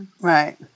Right